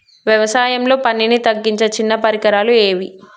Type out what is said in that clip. వ్యవసాయంలో పనిని తగ్గించే చిన్న పరికరాలు ఏవి?